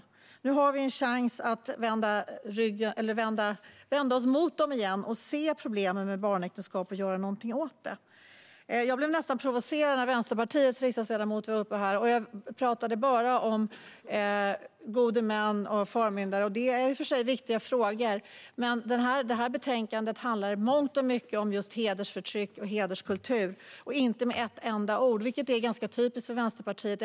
Men nu har vi en chans att vända oss mot dem igen och se problemen med barnäktenskap och göra någonting åt dem. Jag blev nästan provocerad när Vänsterpartiets riksdagsledamot var uppe i talarstolen och bara pratade om gode män och förmyndare. Det är i och för sig viktiga frågor, men betänkandet handlar i mångt och mycket om just hedersförtryck och hederskultur. Inte med ett enda ord har dessa frågor nämnts, vilket är typiskt för Vänsterpartiet.